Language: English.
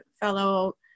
fellow